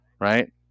right